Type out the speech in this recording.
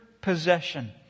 possession